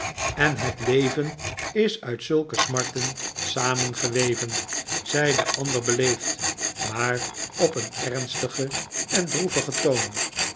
en het leven is uit zulke smarten samengeweven zei de ander beleefd maar op een ernstigen en droevigen toon